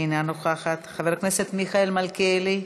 אינה נוכחת, חבר הכנסת מיכאל מלכיאלי,